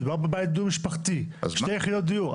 מדובר בבית דו משפחתי, שתי יחידות דיור.